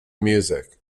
music